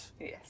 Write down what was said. Yes